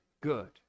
good